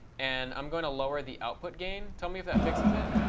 and i'm going to lower the output gain. tell me if that fixes it.